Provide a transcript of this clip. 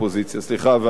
ואני מכבד אותו,